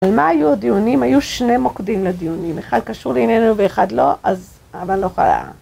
על מה היו הדיונים? היו שני מוקדים לדיונים, אחד קשור לעניינו ואחד לא, אבל אני לא יכולה.